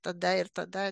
tada ir tada